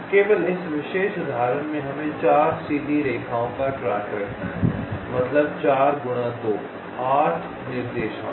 केवल इस विशेष उदाहरण में हमें 4 सीधी रेखाओं का ट्रैक रखना है मतलब 4 गुणा 2 8 निर्देशांक